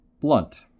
blunt